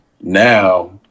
Now